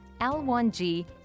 L1G